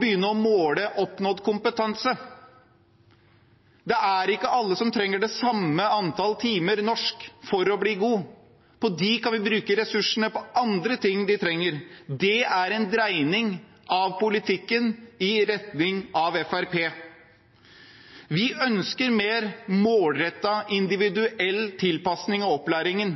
begynne å måle oppnådd kompetanse. Det er ikke alle som trenger det samme antallet timer norsk for å bli god. På dem kan vi bruke ressursene på andre ting de trenger. Det er en dreining av politikken i retning av Fremskrittspartiet. Vi ønsker mer målrettet, individuell tilpasning av opplæringen.